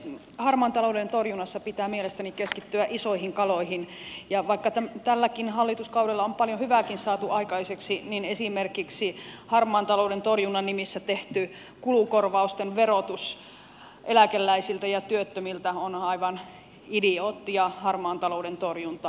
harmaan talouden torjunnassa pitää mielestäni keskittyä isoihin kaloihin ja vaikka tälläkin hallituskaudella on paljon hyvääkin saatu aikaiseksi niin esimerkiksi harmaan talouden torjunnan nimissä tehty kulukorvausten verotus eläkeläisiltä ja työttömiltä on aivan idioottia harmaan talouden torjuntaa